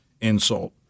insult